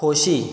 खोशी